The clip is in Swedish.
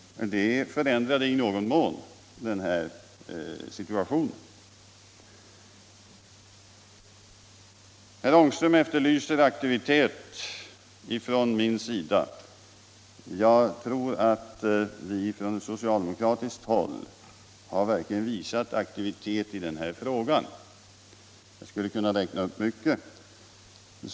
Det förändrade i någon mån situationen. Herr Ångström efterlyste aktivitet från min sida. Från socialdemokratiskt håll har vi verkligen visat aktivitet. Jag skulle kunna räkna upp en hel del i det avseendet.